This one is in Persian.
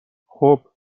خوب